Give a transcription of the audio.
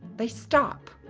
they stop.